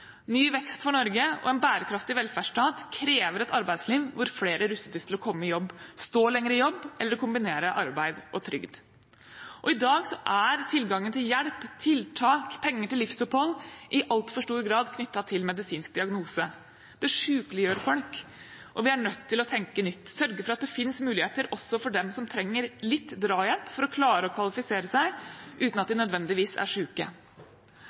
Ny vekst for Norge og en bærekraftig velferdsstat krever et arbeidsliv der flere rustes til å komme i jobb, stå lenger i jobb eller kombinere arbeid og trygd. I dag er tilgangen til hjelp, tiltak og penger til livsopphold i altfor stor grad knyttet til en medisinsk diagnose. Det sykeliggjør folk, og vi er nødt til å tenke nytt, sørge for at det finnes muligheter også for dem som trenger litt drahjelp for å klare å kvalifisere seg, uten at de nødvendigvis er